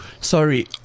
Sorry